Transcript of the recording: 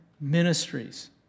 ministries